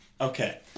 Okay